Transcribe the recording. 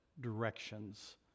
directions